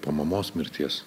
po mamos mirties